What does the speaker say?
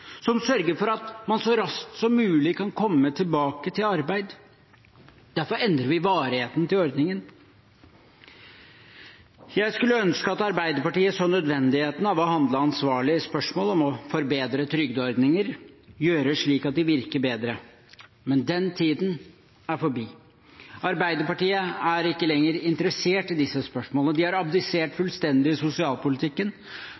som sørger for at man så raskt som mulig kan komme tilbake i arbeid. Derfor endrer vi varigheten til ordningen. Jeg skulle ønske at Arbeiderpartiet så nødvendigheten av å handle ansvarlig i spørsmål om å forbedre trygdeordninger, gjøre dem slik at de virker bedre. Men den tiden er forbi. Arbeiderpartiet er ikke lenger interessert i disse spørsmålene – de har